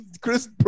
Chris